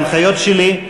ההנחיות שלי.